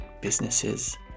businesses